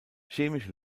chemische